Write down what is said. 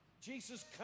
Jesus